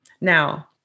Now